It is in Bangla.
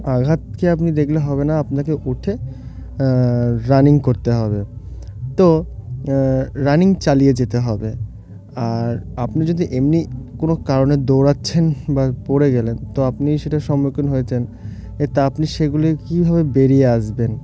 আঘাতকে আপনি দেখলে হবে না আপনাকে উঠে রানিং করতে হবে তো রানিং চালিয়ে যেতে হবে আর আপনি যদি এমনি কোনো কারণে দৌড়াচ্ছেন বা পড়ে গেলেন তো আপনি সেটার সম্মুখীন হয়েছেন এ তা আপনি সেগুলি কীভাবে বেরিয়ে আসবেন